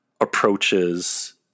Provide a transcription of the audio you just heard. approaches